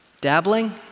Dabbling